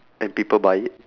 and people buy it